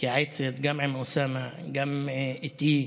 מתייעצת גם עם אוסאמה, גם איתי,